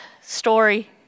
story